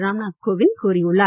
ராம் நாத் கோவிந்த் கூறியுள்ளார்